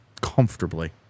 Comfortably